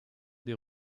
des